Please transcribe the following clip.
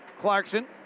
Clarkson